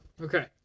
Okay